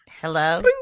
Hello